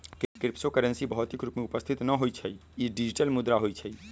crypto currency भौतिक रूप में उपस्थित न होइ छइ इ डिजिटल मुद्रा होइ छइ